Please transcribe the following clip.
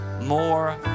more